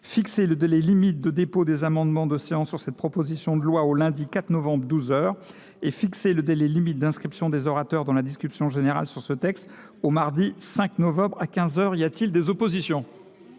fixer le délai limite de dépôt des amendements de séance sur cette proposition de loi au lundi 4 novembre à douze heures ; et fixer le délai limite d’inscription des orateurs dans la discussion générale sur ce texte au mardi 5 novembre à quinze heures. Y a t il des oppositions ?